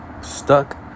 stuck